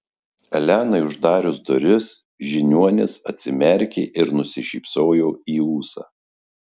elenai uždarius duris žiniuonis atsimerkė ir nusišypsojo į ūsą